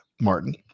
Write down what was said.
Martin